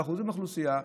באחוזים באוכלוסייה,